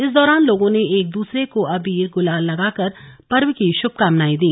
इस दौरान लोगों ने एक दूसरे को अबीर गु्लाल लगाकर पर्व की शुभकामनाएं दी